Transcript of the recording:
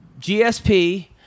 GSP